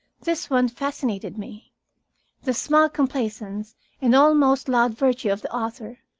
this one fascinated me the smug complacence and almost loud virtue of the author,